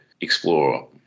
explore